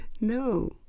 no